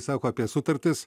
sako apie sutartis